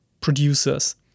producers